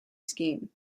scheme